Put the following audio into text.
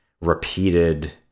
repeated